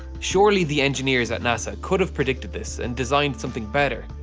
surely the engineers at nasa could have predicted this and designed something better.